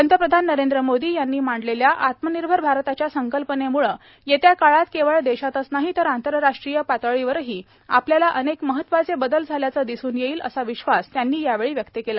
पंतप्रधान नरेंद्र मोदी यांनी मांडलेल्या आत्मनिर्भर भारताच्या संकल्पनेम्ळे येत्या काळात केवळ देशातच नाही तर आंतरराष्ट्रीय पातळीवरही आपल्याला अनेक महत्वाचे बदल झाल्याचं दिसून येईल असा विश्वास त्यांनी यावेळी व्यक्त केला